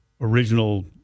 original –